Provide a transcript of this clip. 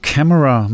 Camera